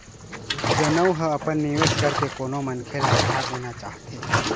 जउन ह अपन निवेश करके कोनो मनखे ल उधार देना चाहथे